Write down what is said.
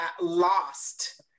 lost